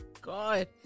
god